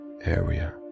area